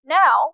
now